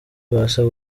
abasha